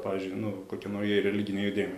pavyzdžiui nu kokie naujieji religiniai judėjimai